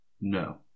No